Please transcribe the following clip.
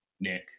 nick